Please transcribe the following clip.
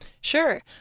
Sure